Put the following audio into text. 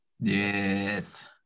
Yes